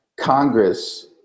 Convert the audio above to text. congress